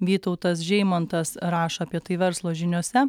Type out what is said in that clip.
vytautas žeimantas rašo apie tai verslo žiniose